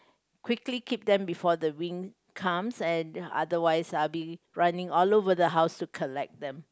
quickly keep them before the wind comes and otherwise I will be running all over the house to collect them